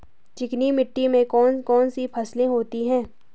चिकनी मिट्टी में कौन कौन सी फसलें होती हैं?